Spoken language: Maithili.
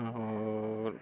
आओर